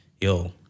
yo